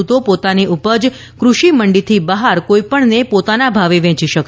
જેથી તેઓ પોતાની ઉપજ કૃષિમંડીથી બહાર કોઈપણને પોતાના ભાવે વેચી શકે